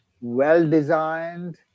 well-designed